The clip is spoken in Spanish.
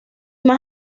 más